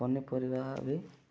ପନିପରିବା ବି